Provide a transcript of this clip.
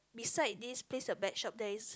beside this place your bet shop there is